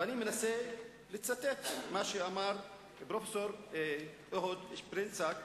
ואני מנסה לצטט מה שאמר פרופסור אהוד שפרינצק: